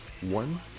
one